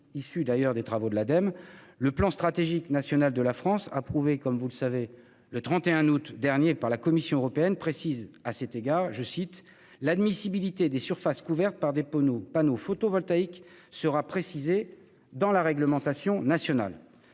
issue des travaux de l'Ademe. Le plan stratégique national (PSN) de la France, approuvé le 31 août dernier par la Commission européenne, précise à cet égard que « l'admissibilité des surfaces couvertes par des panneaux photovoltaïques sera précisée dans la réglementation nationale ».